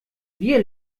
wir